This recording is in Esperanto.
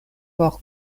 por